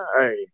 hey